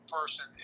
person